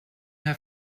her